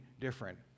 different